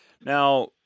Now